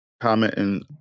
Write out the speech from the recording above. commenting